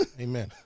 Amen